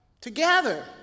Together